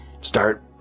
start